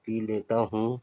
پی لیتا ہوں